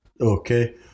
Okay